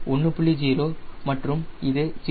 0 மற்றும் இது 0